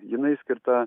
jinai skirta